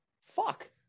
Fuck